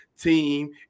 team